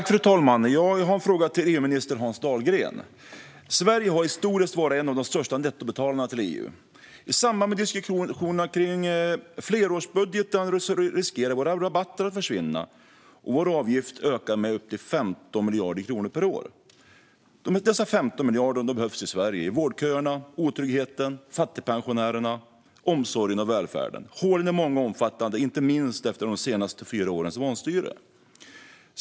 Fru talman! Jag har en fråga till EU-minister Hans Dahlgren. Sverige har historiskt varit en av de största nettobetalarna till EU. I samband med diskussionerna om flerårsbudgeten riskerar våra rabatter att försvinna och vår avgift att öka med upp till 15 miljarder kronor per år. Dessa 15 miljarder behövs i Sverige för åtgärder när det gäller vårdköerna, otryggheten, fattigpensionärerna, omsorgen och välfärden. Hålen är många och omfattande. Det gäller inte minst efter de senaste fyra årens vanstyre.